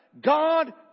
God